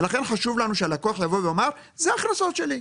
לכן חשוב לנו שהלקוח יבוא ויאמר אלה ההכנסות שלי.